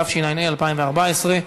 התשע"ה 2014,